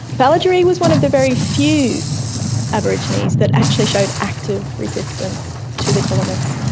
balloderree was one of the very few aborigines that actually showed active resistance to the colonists,